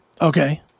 Okay